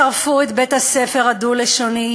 שרפו בה את בית-הספר הדו-לשוני,